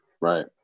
Right